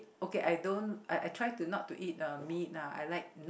okay I don't I I try to not to eat um meat uh I like nut